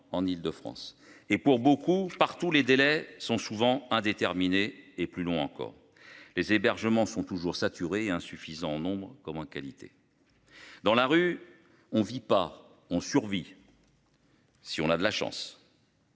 en Île-de-France, et pour beaucoup, partout, les délais sont souvent indéterminé et plus loin encore les hébergements sont toujours saturés insuffisants en nombre comme en qualité. Dans la rue, on ne vit pas, on survit. Si on a de la chance.